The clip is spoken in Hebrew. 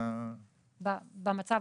בהחלט.